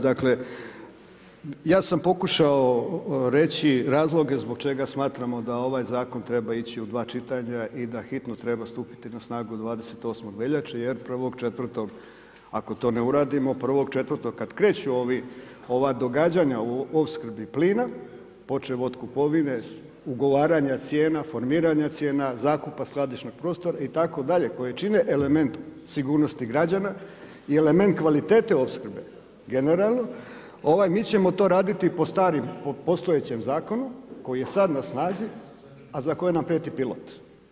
Dakle, ja sam pokušao reći razloge zbog čega smatramo da ovaj zakon treba ići u dva čitanja i da hitno treba stupiti na snagu 28. veljače, jer 1.4. ako to ne uradimo 1.4. kad kreću ova događanja u opskrbi plina počev od kupovine, ugovaranja cijena, formiranja cijena, zakupa skladišnog prostora itd. koje čine element sigurnosti građana i element kvalitete opskrbe generalno mi ćemo to raditi po starim, po postojećem zakonu koji je sad na snazi, a za koji nam prijeti pilot.